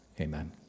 Amen